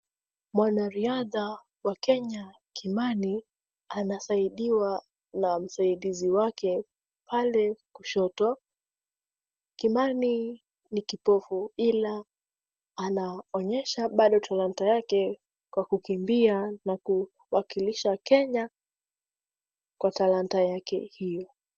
Mwanariadha wa Kenya Kimani anasaidiwa na msaidizi wake pale kushoto. Kimani ni kipofu ila anaonyesha bado talanta yake kwa kukimbia na kuwakilisha Kenya kwa talanta yake hiyo.